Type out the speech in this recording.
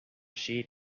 sheet